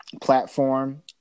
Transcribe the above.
platform